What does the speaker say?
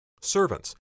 Servants